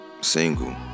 single